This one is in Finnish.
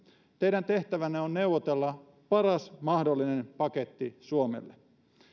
teidän tehtävänne on neuvotella paras mahdollinen paketti suomelle